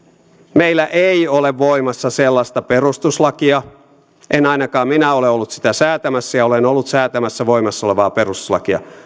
meillä ei ole voimassa sellaista perustuslakia en ainakaan minä ole ollut sitä säätämässä ja olen ollut säätämässä voimassa olevaa perustuslakia